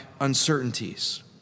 uncertainties